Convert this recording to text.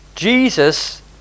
Jesus